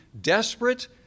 desperate